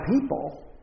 people